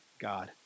God